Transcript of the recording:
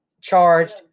charged